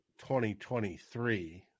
2023